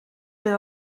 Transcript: fydd